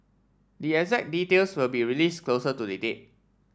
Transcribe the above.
the exact details will be release closer to the date